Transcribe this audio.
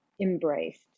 embraced